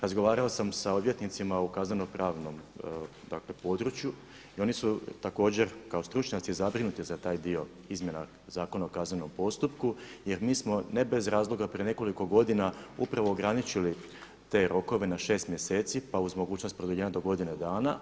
Razgovarao sam sa odvjetnicima u kazneno pravnom dakle području i oni su također kao stručnjaci zabrinuti za taj dio izmjena ZKP-a jer mi smo ne bez razloga prije nekoliko godina upravo ograničili te rokove na 6 mjeseci pa uz mogućnost produljenja do godine dana.